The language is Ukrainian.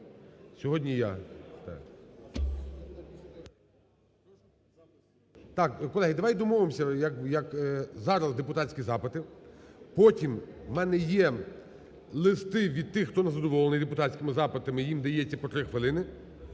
Сьогодні я… Так, колеги, давайте домовимося, як... зараз – депутатські запити, потім у мене є листи від тих, хто не задоволений депутатськими запитами. Їм дається по три хвилини.